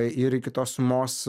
ir iki tos sumos